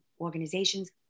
organizations